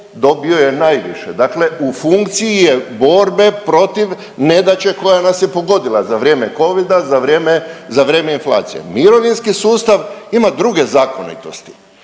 dobio je najviše, dakle u funkciji je borbe protiv nedaće koja nas je pogodila za vrijeme covida, za vrijeme, za vrijeme inflacije, mirovinski sustav ima druge zakonitosti.